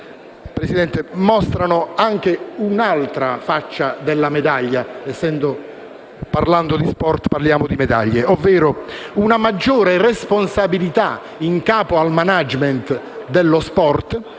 parere, mostrano anche un'altra faccia della medaglia (parlando di sport parliamo di medaglie), ovvero una maggiore responsabilità in capo al *management* dello sport,